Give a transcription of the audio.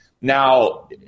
Now